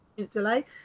Delay